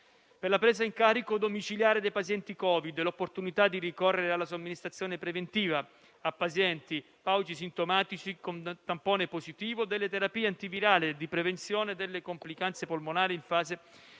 per la presa in carico domiciliare dei pazienti Covid e l'opportunità di ricorrere alla somministrazione preventiva a pazienti paucisintomatici con tampone positivo delle terapie antivirali e di prevenzione delle complicanze polmonari in fase